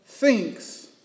Thinks